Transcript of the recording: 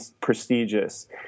prestigious